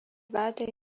vedė